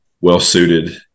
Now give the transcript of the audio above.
well-suited